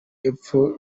apfuye